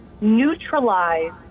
neutralize